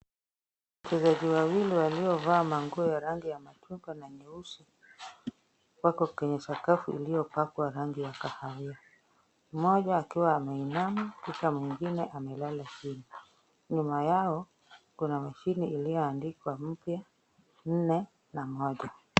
Wachezaji wawili waliovaa manguo ya rangi ya machungwa na nyeusi, wako kwenye sakafu iliyo pakwa rangi ya kahawia. Mmoja akiwa ameinama, kisha mwingine amelala chini. Nyuma yao, kuna mashine iliyoandikwa mpya nne na moja.